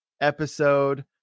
episode